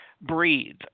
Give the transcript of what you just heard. breathe